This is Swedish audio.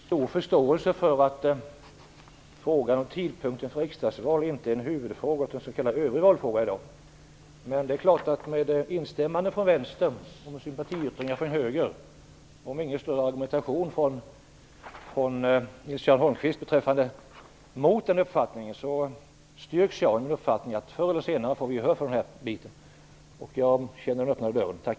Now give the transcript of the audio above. Herr talman! Jag har stor förståelse för att frågan om tidpunkten för riksdagsval inte är en huvudfråga i dag, utan en s.k. övrig valfråga. Men det har kommit ett instämmande från vänster och sympatiyttringar från höger. Och eftersom Nils-Göran Holmqvist inte kom med någon större argumentation mot min uppfattning styrks jag i min tro att vi förr eller senare skall få gehör för det här förslaget. Jag tycker att det har öppnats en dörr. Tack!